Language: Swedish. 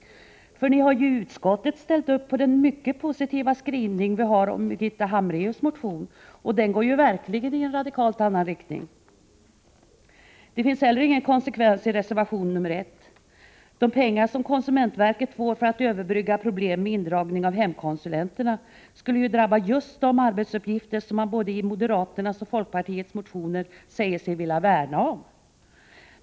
Ni har ju i utskottet ställt upp på den mycket positiva skrivningen om Birgitta Hambraeus motion, och den går ju verkligen i en helt annan riktning. Inte heller finns det någon konsekvens i reservation nr 1. Om konsument verket får pengar för att överbrygga problemen med indragningen av hemkonsulenterna skulle det ju drabba just de arbetsuppgifter som både moderaterna och folkpartiet i sina motioner säger sig vilja värna om.